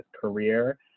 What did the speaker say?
career